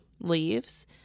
leaves